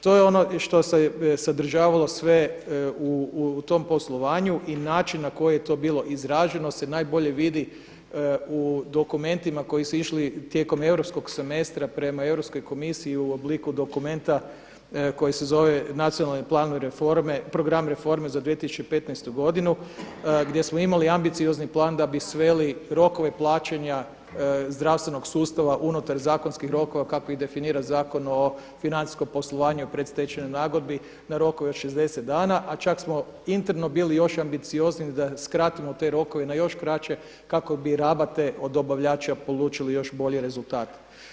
To je ono što sadržavalo sve u tom poslovanju i način na koji je to bilo izraženo se najbolje vidi u dokumentima koji su išli tijekom europskog semestra prema Europskoj komisiji i u obliku dokumenta koji se zove Nacionalni plan reforme, plan reforme za 2015. godinu gdje smo imali ambiciozni plan da bi sveli rokove plaćanja zdravstvenog sustava unutar zakonskih rokova kako ih definira Zakon o financijskom poslovanju i predstečajnoj nagodbi na rokove od 60 dana, a čak smo interno bili još ambiciozniji da skratimo te rokove na još kraće kako bi rabate od dobavljača polučili još bolji rezultat.